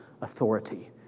authority